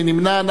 מי נמנע?